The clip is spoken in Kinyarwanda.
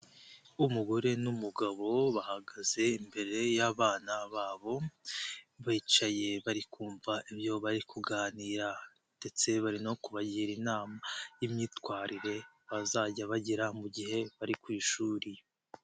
Umugore n'umugabo bahagaze imbere y'abana babo, bicaye bari kumva ibyo bari kuganira ndetse bari no kubagira inama y'imyitwarire bazajya bagira mu gihe bari ku ishuri.